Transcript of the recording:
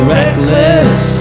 reckless